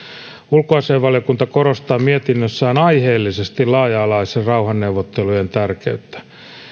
ulkoasiainvaliokunta korostaa mietinnössään aiheellisesti laaja alaisten rauhanneuvottelujen tärkeyttä